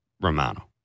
Romano